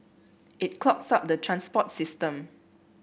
it clogs up the transport system